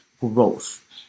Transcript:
growth